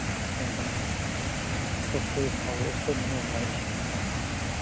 ꯍꯣꯏ ꯍꯣꯏ ꯆꯠꯁꯦ ꯍꯧꯔꯛꯑꯣ ꯁꯤꯗꯅꯤ ꯃꯣꯏꯅ ꯍꯥꯏꯔꯤꯁꯦ